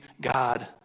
God